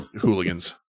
hooligans